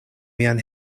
mian